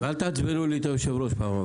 אני נועל את הישיבה.